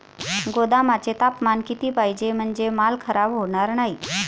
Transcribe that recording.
गोदामाचे तापमान किती पाहिजे? म्हणजे माल खराब होणार नाही?